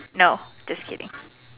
no just kidding